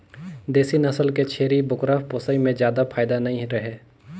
देसी नसल के छेरी बोकरा पोसई में जादा फायदा नइ रहें